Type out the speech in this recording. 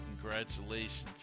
congratulations